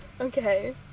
Okay